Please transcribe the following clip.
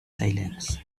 silence